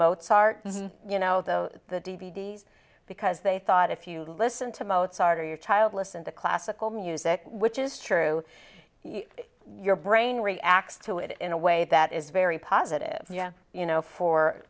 mozart you know the d v d s because they thought if you listen to mozart or your child listen to classical music which is true your brain reacts to it in a way that is very positive you know for